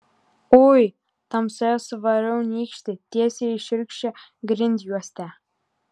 ui tamsoje suvarau nykštį tiesiai į šiurkščią grindjuostę